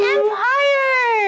Empire